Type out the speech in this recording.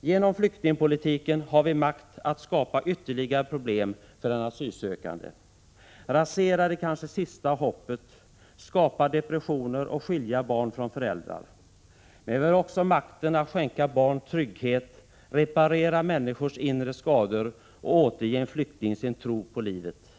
Genom flyktingpolitiken har vi makt att skapa ytterligare problem för den asylsökande, rasera det kanske sista hoppet, skapa depressioner och skilja barn från föräldrar. Men vi har också makten att skänka barn trygghet, reparera människors inre skador och återge en flykting tron på livet.